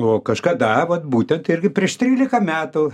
o kažkada vat būtent irgi prieš trylika metų